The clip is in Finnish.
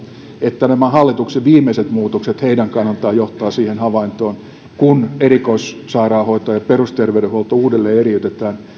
että nämä hallituksen viimeiset muutokset heidän kannaltaan johtavat siihen havaintoon kun erikoissairaanhoito ja perusterveydenhuolto uudelleen eriytetään